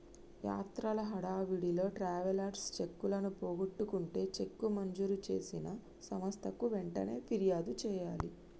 యాత్రల హడావిడిలో ట్రావెలర్స్ చెక్కులను పోగొట్టుకుంటే చెక్కు మంజూరు చేసిన సంస్థకు వెంటనే ఫిర్యాదు చేయాలి